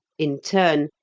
in turn,